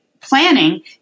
planning